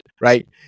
right